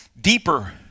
deeper